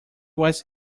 was